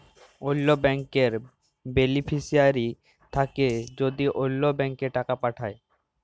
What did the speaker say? অল্য ব্যাংকের বেলিফিশিয়ারি থ্যাকে যদি অল্য ব্যাংকে টাকা পাঠায়